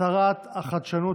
שרת החדשנות,